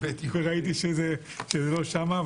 וראיתי שזה לא שם.